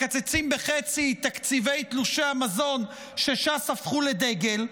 מקצצים בחצי את תקציבי תלושי המזון שש"ס הפכו לדגל.